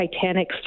Titanic